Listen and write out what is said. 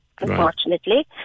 unfortunately